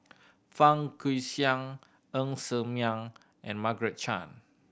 Fang Guixiang Ng Ser Miang and Margaret Chan